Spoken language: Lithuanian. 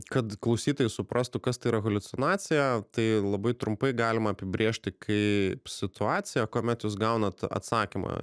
kad klausytojai suprastų kas tai yra haliucinacija tai labai trumpai galima apibrėžti kaip situaciją kuomet jūs gaunat atsakymą